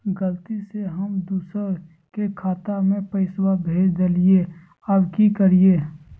गलती से हम दुसर के खाता में पैसा भेज देलियेई, अब की करियई?